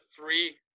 three